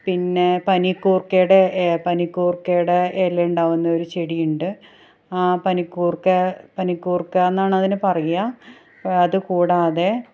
പിന്നെ പനിക്കൂർക്കയുടെ പനിക്കൂർക്കയുടെ ഇല ഉണ്ടാവുന്നൊരു ചെടിയുണ്ട് ആ പനിക്കൂർക്ക പനിക്കൂർക്കയെന്നാണതിനെ പറയുക അതുകൂടാതെ